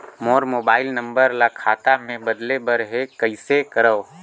मोर mobile number ल खाता मे बदले बर हे कइसे करव?